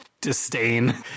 disdain